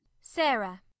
sarah